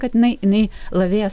kad inai inai lavės